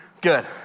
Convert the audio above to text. good